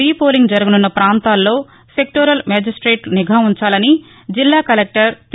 repolling జరగసున్న ప్రాంతాల్లో sectoral మేజిప్టేట్లు నిఘా ఉంచాలని జిల్లా కలెక్టర్ పి